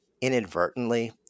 inadvertently